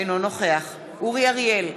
אינו נוכח אורי אריאל,